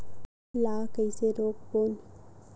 ला कइसे रोक बोन?